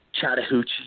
Chattahoochee